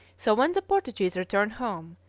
so when the portuguese returned home,